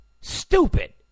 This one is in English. stupid